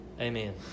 Amen